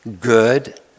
good